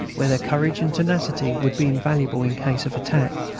where their courage and tenacity would be invaluable in case of attack,